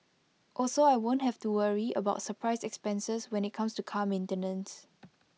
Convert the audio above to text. also I won't have to worry about surprise expenses when IT comes to car maintenance